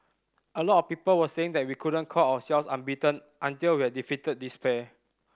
a lot of people were saying that we couldn't call ourselves unbeaten until we had defeated this pair